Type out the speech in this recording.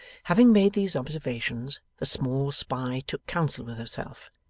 having made these observations, the small spy took counsel with herself,